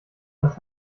das